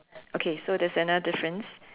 okay so there's another difference